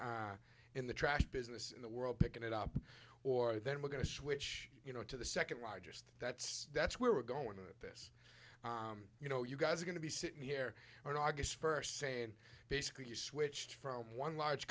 the in the trash business in the world pick it up or then we're going to switch you know to the second largest that's that's where we're going to this you know you guys are going to be sitting here on august first saying basically you switched from one large